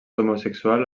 homosexual